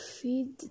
feed